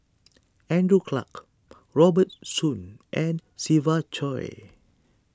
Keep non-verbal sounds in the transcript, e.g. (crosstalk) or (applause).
(noise) Andrew Clarke Robert Soon and Siva Choy